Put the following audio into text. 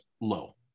low